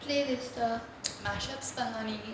playlist uh